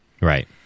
Right